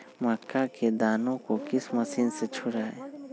मक्का के दानो को किस मशीन से छुड़ाए?